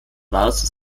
warzen